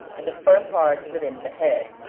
and the firm parts within the head.